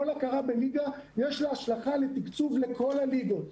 לכל הכרה בליגה יש השלכה לתקצוב בכל הליגות,